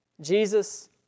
Jesus